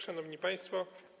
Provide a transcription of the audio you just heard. Szanowni Państwo!